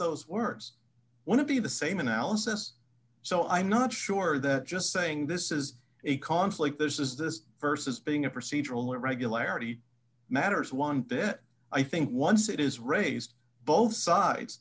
those words one of the the same analysis so i'm not sure that just saying this is a conflict this is this vs being a procedural irregularity matters one bit i think once it is raised both sides